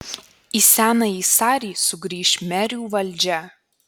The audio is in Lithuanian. į senąjį sarį sugrįš merių valdžia